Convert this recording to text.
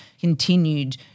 continued